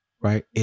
right